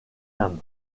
nam